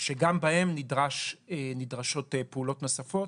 שגם בהם נדרשות פעולות נוספות,